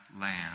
land